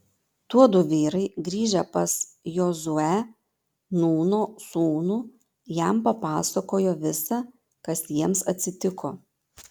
tuodu vyrai grįžę pas jozuę nūno sūnų jam papasakojo visa kas jiems atsitiko